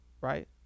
right